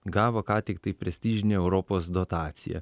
gavo ką tiktai prestižinę europos dotaciją